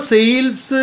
Sales